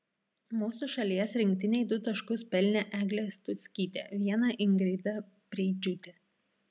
mūsų šalies rinktinei du taškus pelnė eglė stuckytė vieną ingrida preidžiūtė